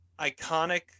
Iconic